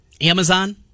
Amazon